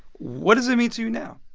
what does it mean to you now?